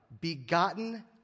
begotten